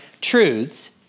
truths